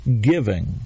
giving